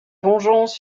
vengeance